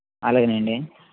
అలాగే అండి